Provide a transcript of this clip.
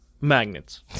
magnets